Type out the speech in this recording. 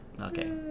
Okay